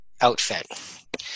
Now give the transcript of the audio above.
outfit